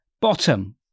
bottom